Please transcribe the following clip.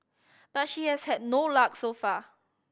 but she has had no luck so far